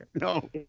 No